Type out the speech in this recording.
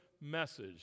message